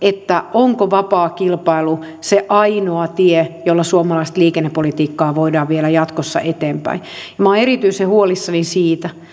onko vapaa kilpailu se ainoa tie jolla suomalaista liikennepolitiikkaa voidaan viedä jatkossa eteenpäin minä olen erityisen huolissani siitä